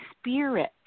spirit